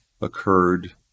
occurred